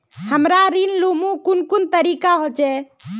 हमरा ऋण लुमू कुन कुन तरीका होचे?